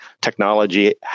technology